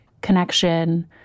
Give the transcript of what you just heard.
connection